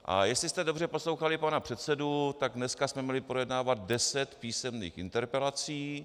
A jestli jste dobře poslouchali pana předsedu, tak dneska jsme měli projednávat deset písemných interpelací.